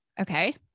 Okay